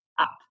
up